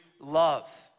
love